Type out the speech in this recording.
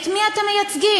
את מי אתם מייצגים?